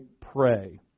pray